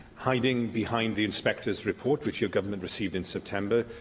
hiding behind the inspectors' report, which your government received in september,